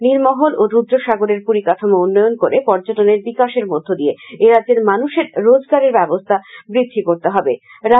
নীরমহল ও রুদ্রসাগরের পরিকাঠামোর উন্নয়ন করে পর্যটনের বিকাশের মধ্য দিয়ে এরাজ্যের মানুষের রোজগারের ব্যবস্থা বৃদ্ধি করতে হবে